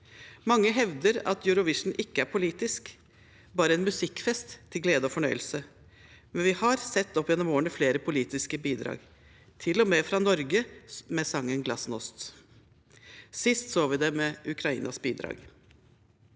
Mange hevder at Eurovision ikke er politisk, bare en musikkfest til glede og fornøyelse. Likevel har vi opp gjennom årene sett flere politiske bidrag, til og med fra Norge med sangen Glasnost. Sist så vi det med Ukrainas bidrag.